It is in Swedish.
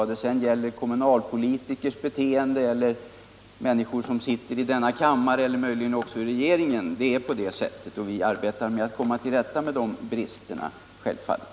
När det sedan gäller kommunalpolitikernas beteende eller de människor som sitter i denna kammare, möjligen också i regeringen, så arbetar vi självfallet på att komma till rätta med de brister som finns.